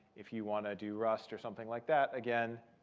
if you want to do rust or something like that, again,